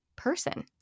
person